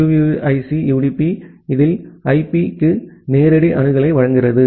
QUIC UDP இல் IP க்கு நேரடி அணுகலை வழங்குகிறது